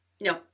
No